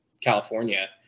California